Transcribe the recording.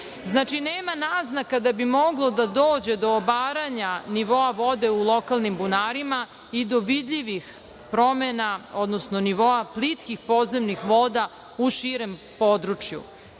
nema naznaka da bi moglo da dođe do obaranje nivoa vode u lokalnim bunarima i do vidljivih promena, odnosno nivoa plitkih podzemnih voda u širem području.